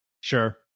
Sure